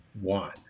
one